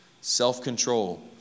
self-control